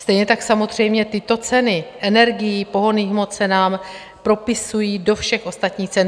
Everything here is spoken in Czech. Stejně tak samozřejmě tyto ceny, energií, pohonných hmot se nám propisují do všech ostatních cen.